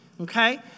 okay